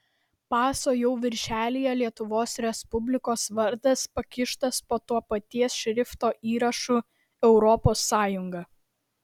paso jau viršelyje lietuvos respublikos vardas pakištas po to paties šrifto įrašu europos sąjunga